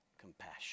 compassion